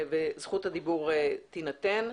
זכות הדיבור תינתן,